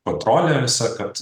kontrolė visa kad